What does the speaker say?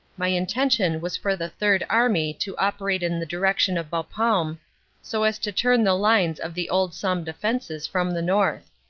my inten tion was for the third army to operate in the direction of. bapaume so as to turn the lines of the old somme defenses from the north.